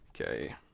Okay